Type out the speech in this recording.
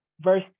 verse